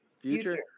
Future